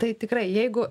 tai tikrai jeigu